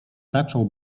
zaczął